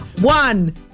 one